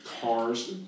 cars